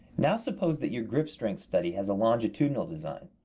now suppose that your grip strength study has a longitudinal design.